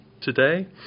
today